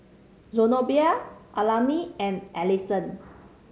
Zenobia Alani and Allison